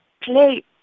Play